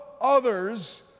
others